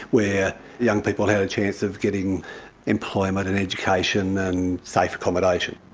where young people had a chance of getting employment and education and safe accommodation.